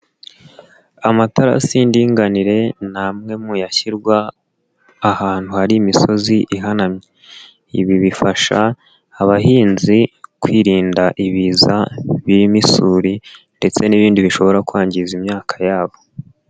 Amatarasi y'indinganire ni amwe mu yashyirwa ahantu hari imisozi ihanamye. Ibi bifasha abahinzi kwirinda ibiza birimo isuri, ndetse n'ibindi bishobora kwangiza imyaka yabo.